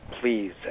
please